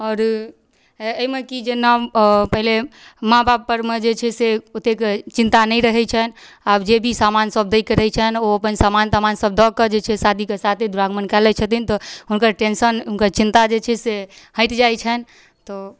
आओर अइमे की जेना पहिले माँ बापपर मे जे छै से ओतेक चिन्ता नहि रहै छनि आब जे भी सामान सब दैके रहै छनि ओ अपन सामान तमान सब दऽके जे छै शादीके साथे दुरागमन कए लै छथिन तऽ हुनकर टेंशन हुनकर चिन्ता जे छै से हटि जाइ छनि तऽ